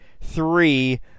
three